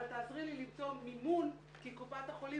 אבל תעזרי לי למצוא מימון כי קופת החולים